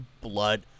blood